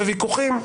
וויכוחים?